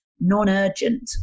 non-urgent